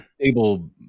stable